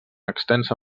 extensa